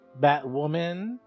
Batwoman